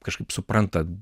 kažkaip supranta